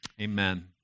amen